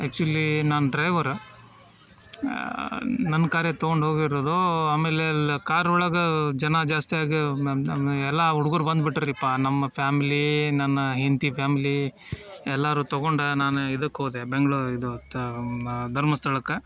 actually ನಾನು driver ನನ್ನ ಕಾರೇ ತೊಗೊಂಡು ಹೋಗಿರೋದು ಆಮೇಲೆ ಅಲ್ಲ ಕಾರೊಳಗೆ ಜನ ಜಾಸ್ತಿ ಆಗಿ ಎಲ್ಲ ಹುಡುಗ್ರ್ ಬಂದುಬಿಟ್ರಿಪ್ಪ ನಮ್ಮ ಫ್ಯಾಮ್ಲೀ ನನ್ನ ಹೆಂಡ್ತಿ ಫ್ಯಾಮ್ಲೀ ಎಲ್ಲರೂ ತೊಗೊಂಡು ನಾನು ಇದಕ್ಕೆ ಹೋದೆ ಬೆಂಗ್ಳೂ ಇದು ತ ಮಾ ಧರ್ಮಸ್ಥಳಕ್ಕೆ